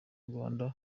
rwanda